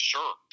Sure